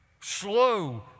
slow